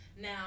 now